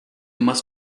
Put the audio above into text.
must